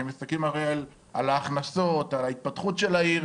הם מסתכלים הרי על ההכנסות, על ההתפתחות של העיר,